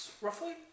Roughly